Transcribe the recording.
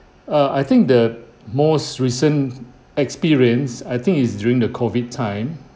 err I think the most recent experience I think is during the COVID time